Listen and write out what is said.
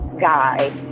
guy